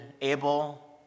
Abel